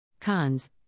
Cons